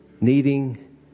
Needing